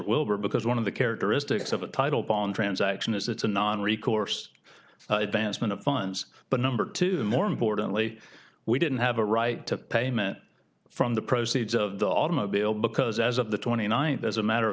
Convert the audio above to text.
wilbur because one of the characteristics of a title bond transaction is it's a non recourse advancement of funds but number two and more importantly we didn't have a right to payment from the proceeds of the automobile because as of the twenty ninth as a matter of